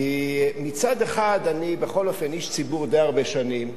כי מצד אחד אני בכל אופן איש ציבור די הרבה שנים,